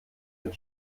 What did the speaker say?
mit